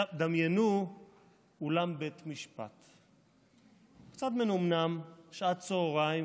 דמיינו אולם בית משפט, קצת מנומנם, שנת צוהריים,